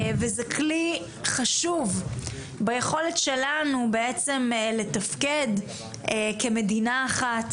וזה כלי חשוב ביכולת שלנו לתפקד כמדינה אחת